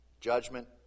Judgment